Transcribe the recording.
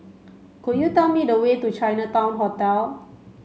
could you tell me the way to Chinatown Hotel